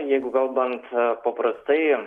jeigu kalbant paprastai